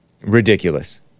Ridiculous